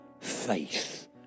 faith